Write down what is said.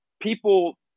People